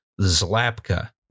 Zlapka